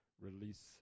release